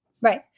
Right